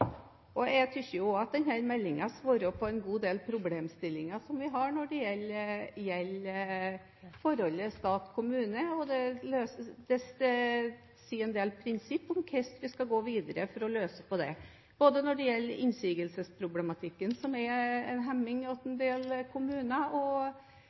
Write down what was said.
regionene. Jeg synes jo også at denne meldingen svarer på en god del problemstillinger som vi har når det gjelder forholdet stat–kommune, og den viser en del prinsipper om hvordan vi skal gå videre for å løse dem, både når det gjelder innsigelsesproblematikken, som er en hemming hos en del kommuner, og